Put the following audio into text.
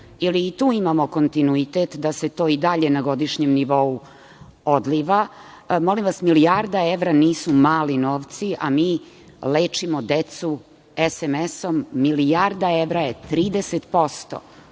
li i tu imamo kontinuitet da se to i dalje na godišnjem nivou odliva? Molim vas, milijarda evra nisu mali novci, a mi lečimo decu SMS-om. Milijarda evra je 30%